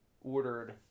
ordered